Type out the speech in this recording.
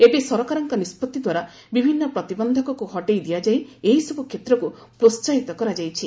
ଏବେ ସରକାରଙ୍କ ନିଷ୍ପଭି ଦ୍ୱାରା ବିଭିନ୍ନ ପ୍ରତିବନ୍ଧକକୁ ହଟେଇ ଦିଆଯାଇ ଏହିସବୁ କ୍ଷେତ୍ରକୁ ପ୍ରୋହାହିତ କରାଯାଇଛି